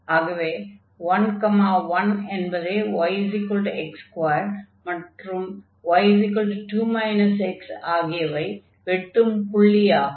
ஆகவே 1 1 என்பதே yx2 மற்றும் y2 x ஆகியவை வெட்டும் புள்ளி ஆகும்